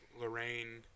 Lorraine